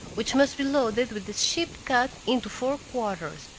which must be loaded with a sheep cut into four quarters,